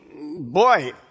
boy